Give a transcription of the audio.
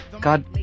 god